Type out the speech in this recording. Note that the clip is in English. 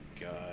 God